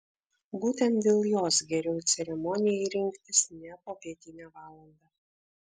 būtent dėl jos geriau ceremonijai rinktis ne popietinę valandą